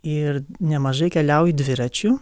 ir nemažai keliauju dviračiu